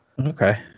okay